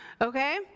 okay